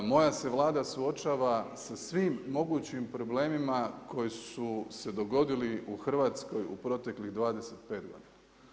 Moja se Vlada suočava sa svim mogućim problemima akoji su se dogodili u Hrvatskoj u proteklih 25 godina.